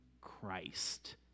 Christ